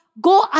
go